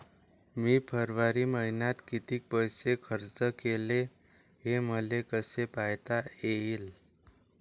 मी फरवरी मईन्यात कितीक पैसा खर्च केला, हे मले कसे पायता येईल?